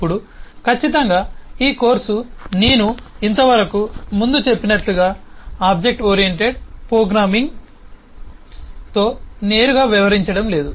ఇప్పుడు ఖచ్చితంగా ఈ కోర్సు నేను ఇంతకు ముందు చెప్పినట్లుగా ఆబ్జెక్ట్ ఓరియంటెడ్ ప్రోగ్రామింగ్తో నేరుగా వ్యవహరించడం లేదు